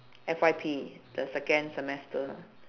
F_Y_P the second semester